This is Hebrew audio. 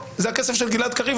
זה הכסף של גלעד קריב,